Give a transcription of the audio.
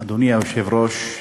אדוני היושב-ראש,